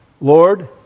Lord